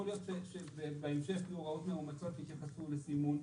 יכול להיות שבהמשך להוראות מאומצות יתייחסו לסימון,